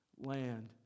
land